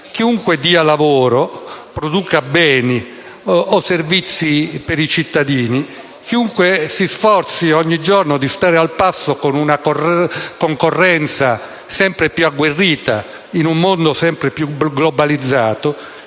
Chiunque dia lavoro, produca beni o servizi per i cittadini, chiunque si sforzi ogni giorno di stare al passo con una concorrenza sempre più agguerrita in un mondo sempre più globalizzato,